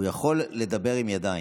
תגיד לדודי, הוא יכול לדבר עם ידיים.